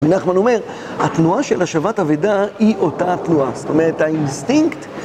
מנחמן אומר, התנועה של השבת אבידה היא אותה תנועה, זאת אומרת האינסטינקט